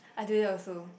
I do that also